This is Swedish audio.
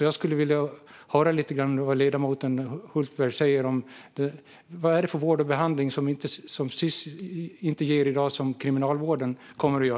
Jag skulle vilja höra lite grann vad ledamoten Hultberg säger om detta. Vad är det för vård och behandling som Sis inte ger i dag men som Kriminalvården kommer att ge?